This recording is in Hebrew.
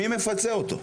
מי מפצה אותו?